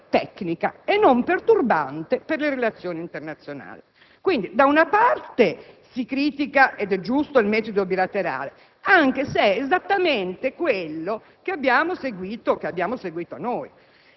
tecnica e non perturbante per le relazioni internazionali. Quindi, da una parte si critica - ed è giusto - il metodo bilaterale, anche se è esattamente quello che abbiamo seguito noi;